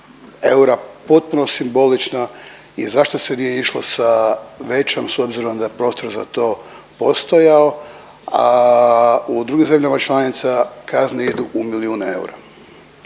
eura potpuno simbolična i zašto se nije išlo sa većom s obzirom da je prostor za to postojao, a u drugim zemljama članica kazne idu u milijune eura.